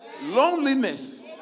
loneliness